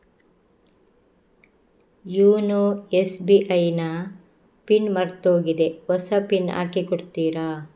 YONO SBI ನ PIN ಮರ್ತೋಗಿದೆ ಹೊಸ ಪಿನ್ ಹಾಕಿ ಕೊಡ್ತೀರಾ?